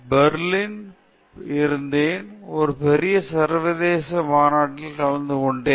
ஸ்வெதம்புல் தாஸ் நான் கடந்த வாரம் பேர்லினில் இருந்தேன் ஒரு பெரிய சர்வதேச மாநாட்டில் கலந்துகொண்டேன்